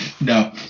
No